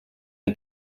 are